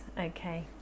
okay